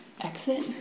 exit